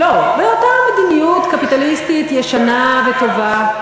לא, באותה מדיניות קפיטליסטית ישנה וטובה.